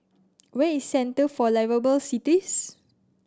where is Centre for Liveable Cities